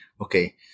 okay